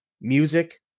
music